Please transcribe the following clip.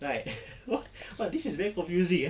right !wah! this is very confusing ah